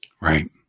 Right